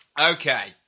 Okay